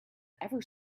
ever